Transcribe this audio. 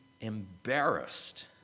embarrassed